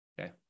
Okay